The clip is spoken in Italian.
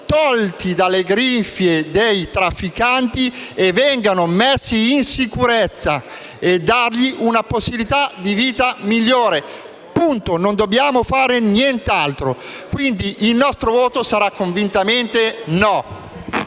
tolti dalle grinfie dei trafficanti e vengano messi in sicurezza, dando loro una possibilità di vita migliore. Non dobbiamo fare nient'altro. Il nostro voto sarà quindi convintamente